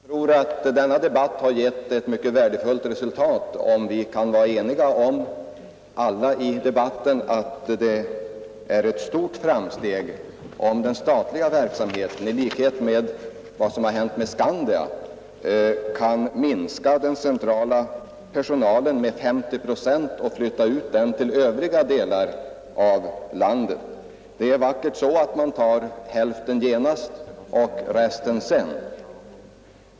Herr talman! Jag tror att denna debatt har gett ett mycket värdefullt resultat om vi alla kan vara eniga om att det är ett stort framsteg ifall man inom den statliga verksamheten, i likhet med vad som har hänt när det gäller Skandia, kan minska den centrala personalen med 50 procent och flytta ut dessa 50 procent till övriga delar av landet. Det är vackert så att man tar hälften genast.